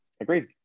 Agreed